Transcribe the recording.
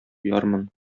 куярмын